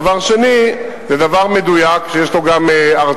דבר שני, זה דבר מדויק, שיש לו גם הרתעה,